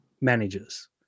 managers